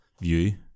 view